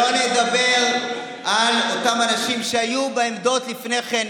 שלא לדבר על אותם אנשים שהיו בעמדות לפני כן,